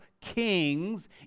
kings